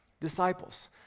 disciples